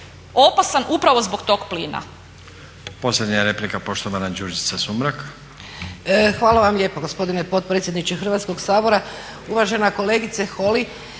opasan upravo zbog tog plina.